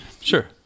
Sure